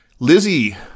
Lizzie